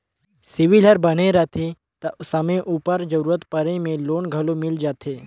CIBIL हर बने रहथे ता समे उपर जरूरत परे में लोन घलो मिल जाथे